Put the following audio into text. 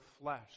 flesh